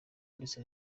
ndetse